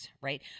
right